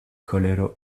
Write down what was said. kolero